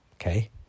okay